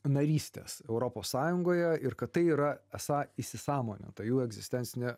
narystės europos sąjungoje ir kad tai yra esą įsisąmoninta jų egzistencinė